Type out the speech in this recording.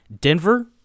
Denver